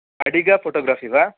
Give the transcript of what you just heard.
अडिग फ़िटोग्राफ़ि वा